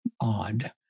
odd